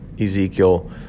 Ezekiel